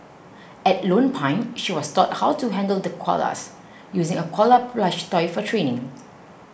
at Lone Pine she was taught how to handle the koalas using a koala plush toy for training